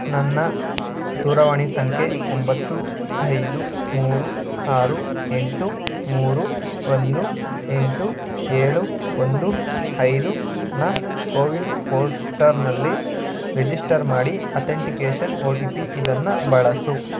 ನನ್ನ ದೂರವಾಣಿ ಸಂಖ್ಯೆ ಒಂಬತ್ತು ಐದು ಮೂರು ಆರು ಎಂಟು ಮೂರು ಒಂದು ಎಂಟು ಏಳು ಒಂದು ಐದನ್ನ ಕೋವಿನ್ ಪೋರ್ಟರ್ನಲ್ಲಿ ರಿಜಿಸ್ಟರ್ ಮಾಡಿ ಅಥೆಂಟಿಕೇಷನ್ ಒ ಟಿ ಪಿ ಇದನ್ನು ಬಳಸು